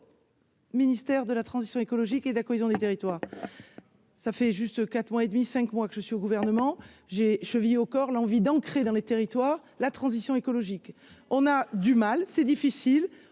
Ministère de la transition écologique et de la cohésion des territoires, ça fait juste 4 mois et demi 5 mois que je suis au gouvernement j'ai chevillée au corps, l'envie d'ancrer dans les territoires, la transition écologique. On a du mal, c'est difficile,